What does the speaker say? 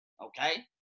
okay